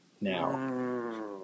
now